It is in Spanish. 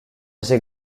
ese